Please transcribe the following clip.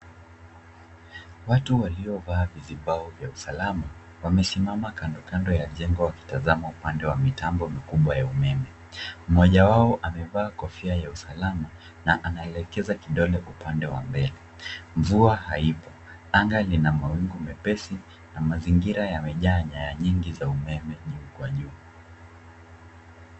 Watu waliovaa vizibau vya usalama wamesimama kandokando ya jengo wakitazama upande wa mitambo mikubwa ya umeme. Mmoja wao amevaa kofia ya usalama na anaelekeza kidole upande wa mbele. Mvua haipo. Anga lina mawingu mepesi na mazingira yamejaa nyaya nyingi za umeme juu kwa juu.